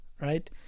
right